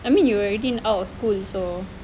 I mean you already out of school so